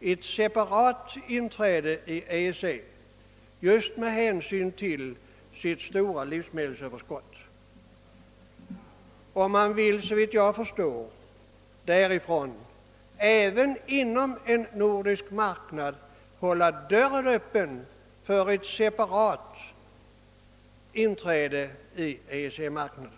ett separat inträde i EEC just med hänsyn till sitt stora livsmedelsöverskott. I Danmark vill man, såvitt jag förstår, även inom en nordisk marknad hålla dörren öppen för ett separat inträde på EEC marknaden.